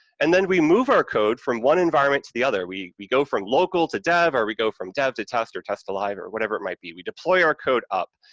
and then we move our code from one environment to the other, we we go from local to dev or we go from dev to test or test to live or whatever it might be, we deploy our code up,